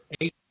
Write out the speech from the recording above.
eight